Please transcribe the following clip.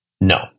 No